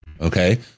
Okay